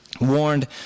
warned